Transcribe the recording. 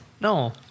No